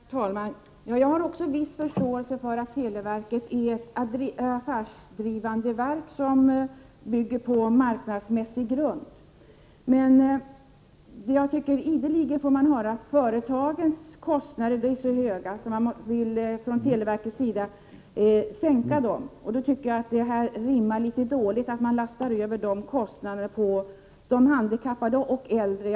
Herr talman! Jag har också en viss förståelse för att televerket är ett affärsdrivande verk och att verksamheten bygger på marknadsmässig grund. Jag tycker emellertid att man ideligen får höra att företagens kostnader är så höga att man från televerkets sida vill sänka dem. Det är dock illa att lasta över dessa kostnader på de handikappade och äldre.